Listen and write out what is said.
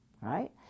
right